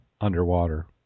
underwater